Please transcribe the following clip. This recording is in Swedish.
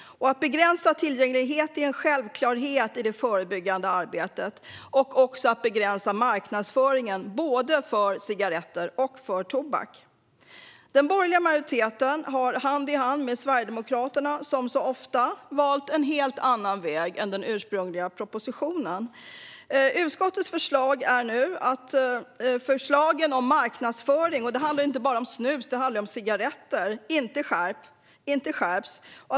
Att begränsa tillgängligheten är en självklarhet i det förebyggande arbetet. Det gäller också att begränsa marknadsföringen av både cigaretter och annan tobak. Den borgerliga majoriteten har hand i hand med Sverigedemokraterna - som så ofta - valt en helt annan väg än den ursprungliga propositionens. Utskottets förslag är nu att förbudet mot marknadsföring inte skärps. Det handlar då inte bara om snus utan också om cigaretter.